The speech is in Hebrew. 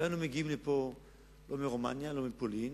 לא היינו מגיעים לפה, לא מרומניה, לא מפולין,